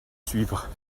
suivre